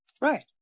Right